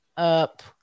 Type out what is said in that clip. up